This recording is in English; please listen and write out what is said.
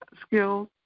skills